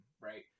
Right